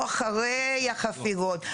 לא אחרי החפירות.